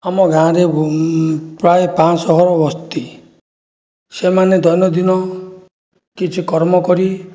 ଆମ ଗାଁରେ ପ୍ରାୟ ପାଞ୍ଚଶହ ବସ୍ତି ସେମାନେ ଦୈନନ୍ଦିନ କିଛି କର୍ମ କରି